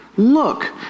Look